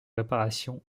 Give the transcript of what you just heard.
réparations